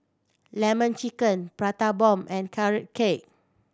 Lemon Chicken Prata Bomb and Carrot Cake